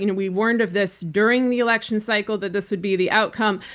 you know we warned of this during the election cycle, that this would be the outcome.